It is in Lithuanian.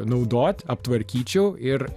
naudoti aptvarkyčiau ir